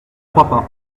crois